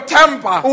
temper